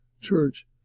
Church